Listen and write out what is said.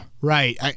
Right